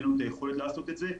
אין לנו יכולת לעשות את זה',